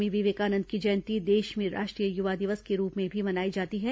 स्वामी विवेकानंद की जयंती देष में राष्ट्रीय युवा दिवस के रूप में भी मनाई जाती है